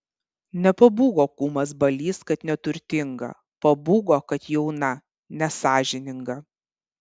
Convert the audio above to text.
nepabūgo kūmas balys kad neturtinga pabūgo kad jauna nesąžininga